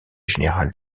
général